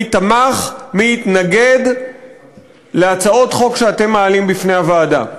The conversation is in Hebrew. מי תמך ומי התנגד להצעות חוק שאתם מעלים בפני הוועדה.